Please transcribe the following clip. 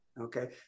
okay